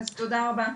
תודה רבה.